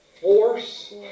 Force